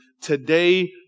today